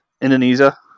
Indonesia